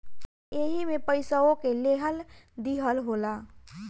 एईमे पइसवो के लेहल दीहल होला